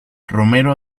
romero